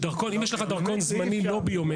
אם יש לך דרכון לא ביומטרי